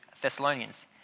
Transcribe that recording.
Thessalonians